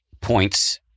points